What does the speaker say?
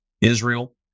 Israel